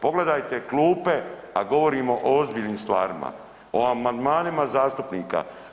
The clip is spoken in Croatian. Pogledajte klupe, a govorimo o ozbiljnim stvarima, o amandmanima zastupnika.